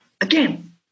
again